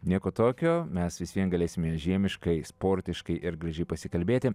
nieko tokio mes vis vien galėsime žiemiškai sportiškai ir gražiai pasikalbėti